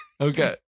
Okay